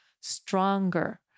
stronger